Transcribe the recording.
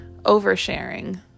oversharing